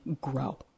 grow